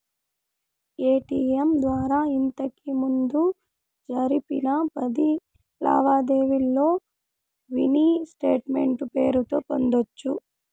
ATM ద్వారా ఇంతకిముందు జరిపిన పది లావాదేవీల్లో మినీ స్టేట్మెంటు పేరుతో పొందొచ్చు